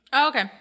okay